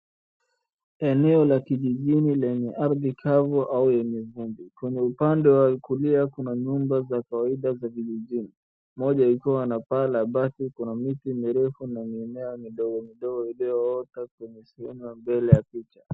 Eneo la kijijini lenye ardhi kavu au yenye vumbi. Kwenye upande wa Kulia kuna nyumba za kawaida za vijijini. Moja ikiwa na paa la bati, kuna miti mirefu na mimea midogo midogo iliyoota kwenye sehemu ya mbele ya picha.